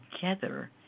together